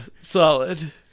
Solid